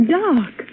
dark